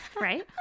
right